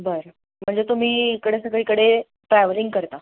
बरं म्हणजे तुम्ही इकडे सगळीकडे ट्रॅव्हलिंग करता